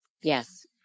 Yes